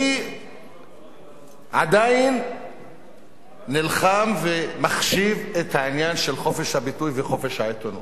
אני עדיין נלחם ומחשיב את העניין של חופש הביטוי וחופש העיתונות.